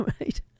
right